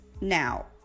Now